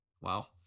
Wow